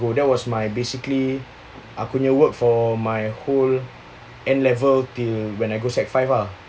that was my basically aku nya work for my whole N level till when I go sec five ah